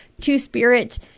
two-spirit